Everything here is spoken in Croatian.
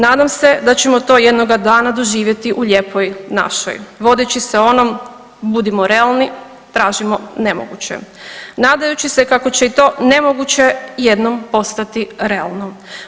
Nadam se da ćemo to jednoga dana doživjeti u Lijepoj našoj, vodeći se onom, budimo realni, tražimo nemoguće, nadajući se kako će i to nemoguće jednom postati realno.